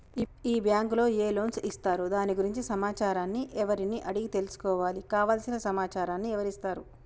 ఈ బ్యాంకులో ఏ లోన్స్ ఇస్తారు దాని గురించి సమాచారాన్ని ఎవరిని అడిగి తెలుసుకోవాలి? కావలసిన సమాచారాన్ని ఎవరిస్తారు?